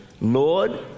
Lord